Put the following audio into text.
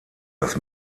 das